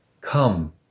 Come